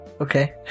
Okay